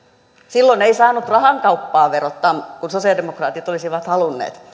silloin ei saanut rahan kauppaa verottaa kun sosialidemokraatit olisivat halunneet